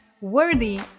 worthy